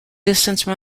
distance